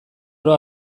oro